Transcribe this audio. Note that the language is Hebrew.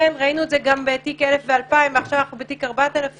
ראינו את זה גם בתיק 1,000 ו-2,000 ועכשיו אנחנו בתיק 4,000,